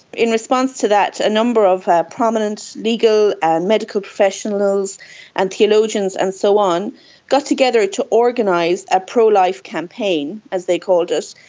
in response to that, a number of prominent legal and medical professionals and theologians and so on got together to organise a pro-life campaign, as they called it,